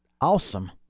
awesome